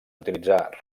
utilitzar